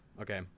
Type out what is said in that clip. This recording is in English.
Okay